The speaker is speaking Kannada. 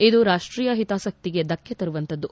ಇದು ರಾಷ್ಷೀಯ ಹಿತಾಸಕ್ತಿಗೆ ಧಕ್ಕೆ ತರುವಂತದ್ದು